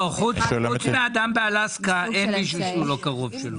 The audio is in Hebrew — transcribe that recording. לא, חוץ מאדם באלסקה אין איש שהוא לא קרוב שלו.